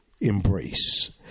embrace